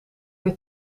weer